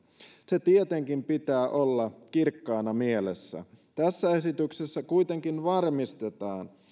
sen tietenkin pitää olla kirkkaana mielessä tässä esityksessä kuitenkin varmistetaan